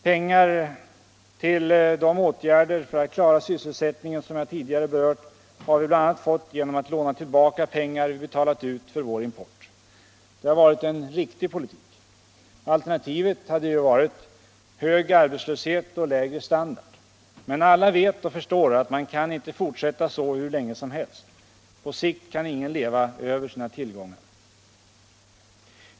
Pengar till de åtgärder för att klara sysselsättningen som jag tidigare berört har vi bl.a. fått genom att låna tillbaka pengar vi betalat ut för vår import. Det har varit en riktig politik. Alternativet hade varit hög arbetslöshet och lägre standard. Men alla vet och förstår att man inte kan fortsätta så hur länge som helst. På sikt kan ingen leva över sina tillgångar.